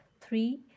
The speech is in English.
Three